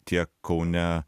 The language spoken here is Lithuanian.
tiek kaune